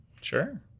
Sure